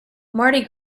mardi